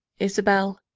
isabel,